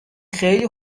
خیلی